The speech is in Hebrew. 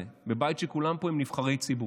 בבית הזה, בבית שכולם פה הם נבחרי ציבור,